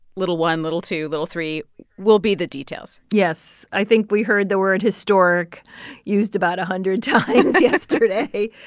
little one, little two, little three will be the details yes. i think we heard the word historic used about a hundred times yesterday.